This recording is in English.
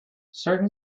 certain